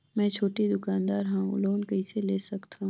मे छोटे दुकानदार हवं लोन कइसे ले सकथव?